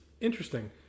Interesting